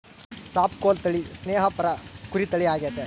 Suffolk ತಳಿ ಸ್ನೇಹಪರ ಕುರಿ ತಳಿ ಆಗೆತೆ